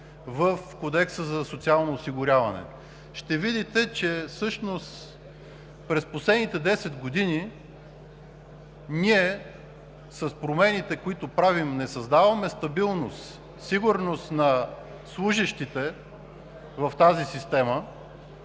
в Кодекса за социално осигуряване от 2010 г., ще видите, че всъщност през последните 10 години с промените, които правим, не създаваме стабилност и сигурност на служещите в тази система.